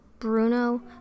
bruno